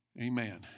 Amen